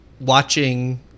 watching